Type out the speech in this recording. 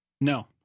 no